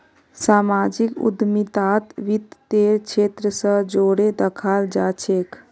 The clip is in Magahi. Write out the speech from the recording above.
सामाजिक उद्यमिताक वित तेर क्षेत्र स जोरे दखाल जा छेक